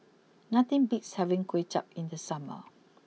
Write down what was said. nothing beats having Kway Chap in the summer